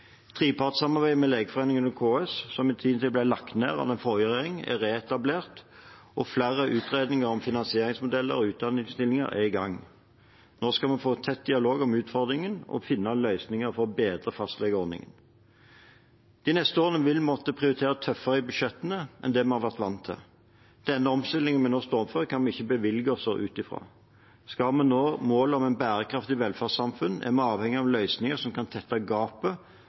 Trepartssamarbeidet med Legeforeningen og KS, som i sin tid ble lagt ned av den forrige regjeringen, er reetablert, og flere utredninger om finansieringsmodeller og utdanningsstillinger er i gang. Nå skal vi få en tett dialog om utfordringene og finne løsninger for å bedre fastlegeordningen. De neste årene vil vi måtte prioritere tøffere i budsjettene enn vi har vært vant til. Den omstillingen vi nå står overfor, kan vi ikke bevilge oss ut av. Skal vi nå målet om et bærekraftig velferdssamfunn, er vi avhengig av løsninger som kan tette gapet